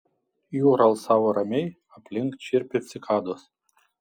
jūra alsavo ramiai aplink čirpė cikados